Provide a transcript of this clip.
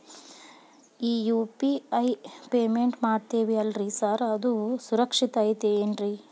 ಈ UPI payment ಮಾಡ್ತೇವಿ ಅಲ್ರಿ ಸಾರ್ ಅದು ಸುರಕ್ಷಿತ್ ಐತ್ ಏನ್ರಿ?